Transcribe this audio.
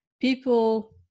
people